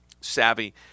savvy